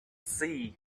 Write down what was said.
sea